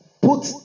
put